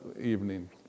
evening